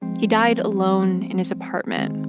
he died alone in his apartment.